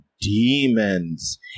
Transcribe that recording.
demons